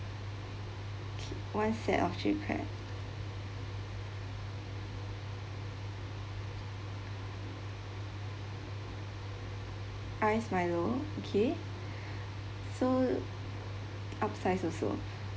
okay one set of chili crab iced milo okay so upsize also